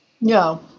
No